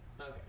Okay